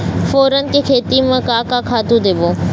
फोरन के खेती म का का खातू देबो?